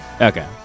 Okay